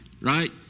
right